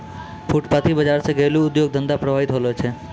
फुटपाटी बाजार से घरेलू उद्योग धंधा प्रभावित होलो छै